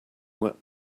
web